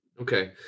Okay